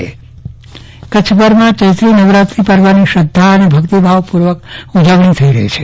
ચંદ્રવદન પટ્ટણી નવરાત્રી પર્વ કચ્છભરમાં ચૈત્રી નવરાત્રી પર્વની શ્રધ્ધા અને ભક્તિભાવપૂર્વક ઉજવણી થઈ રહી છે